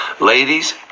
Ladies